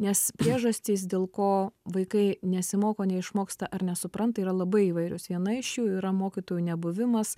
nes priežastys dėl ko vaikai nesimoko neišmoksta ar nesupranta yra labai įvairios viena iš jų yra mokytojų nebuvimas